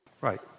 Right